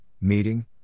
meeting